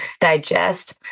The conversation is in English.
digest